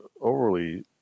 overly